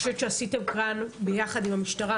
עשיתם כאן ביחד עם המשטרה,